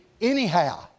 anyhow